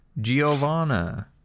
Giovanna